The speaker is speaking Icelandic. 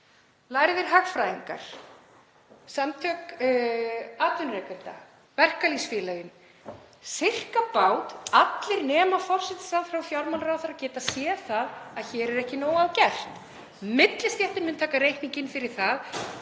lærðir hagfræðingar, Samtök atvinnurekenda, verkalýðsfélögin, sirkabát allir nema forsætisráðherra og fjármálaráðherra getað séð að hér er ekki nóg að gert. Millistéttin mun taka reikninginn fyrir það.